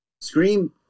Scream